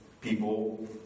people